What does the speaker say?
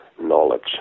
knowledge